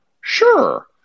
sure